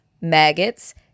maggots